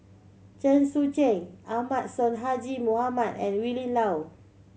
Chen Sucheng Ahmad Sonhadji Mohamad and Willin Low